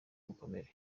mukomere